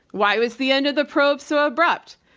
why was the end of the probe so abrupt?